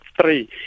three